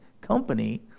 company